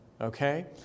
okay